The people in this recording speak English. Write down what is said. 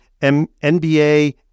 NBA